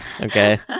Okay